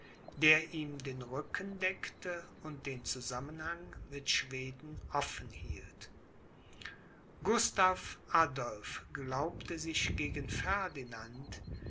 der ihm den rücken deckte und den zusammenhang mit schweden offen hielt gustav adolph glaubte sich gegen ferdinand